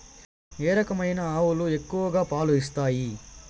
ఏ రకమైన ఆవులు ఎక్కువగా పాలు ఇస్తాయి?